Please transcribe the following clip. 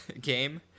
game